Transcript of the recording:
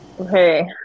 Okay